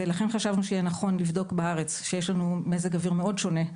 ולכן חשבנו שיהיה נכון לבדוק בארץ בה יש לנו מזג אוויר מאוד שונה.